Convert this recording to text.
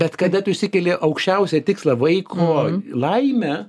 bet kada tu išsikeli aukščiausią tikslą vaiko laimę